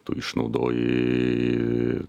tu išnaudojai